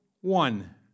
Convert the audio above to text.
one